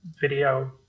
video